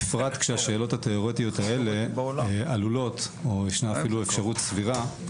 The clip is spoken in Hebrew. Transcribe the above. בפרט שהשאלות התיאורטיות האלה עלולות או ישנה אפילו אפשרות סבירה.